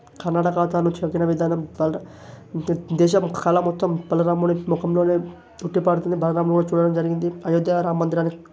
కన్నడ కథను చెప్పిన విధానం బల దేశం కళ మొత్తం బలరాముని మొఖంలోనే ఉట్టి పడుతుంది బలరాముని కూడా చూడడం జరిగింది అయోధ్య రామమందిరానికి